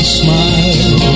smile